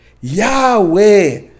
Yahweh